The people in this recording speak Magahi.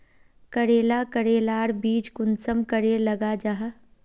करेला करेलार बीज कुंसम करे लगा जाहा?